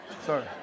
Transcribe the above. Sorry